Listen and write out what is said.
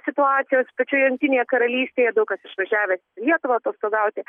situacijos tačiau jungtinėje karalystėje daug kas išvažiavęs į lietuvą atostogauti